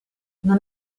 non